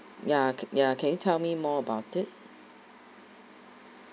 ya ya can you tell me more about it